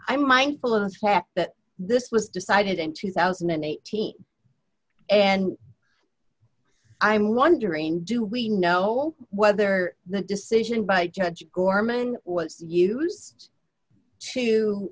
mindful of the fact that this was decided in two thousand and eighteen and i'm wondering do we know whether the decision by judge gorman was used to